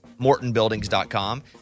MortonBuildings.com